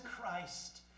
Christ